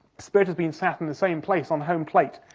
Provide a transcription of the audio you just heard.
spirit has been sat on the same place, on home plate,